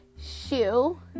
Shoe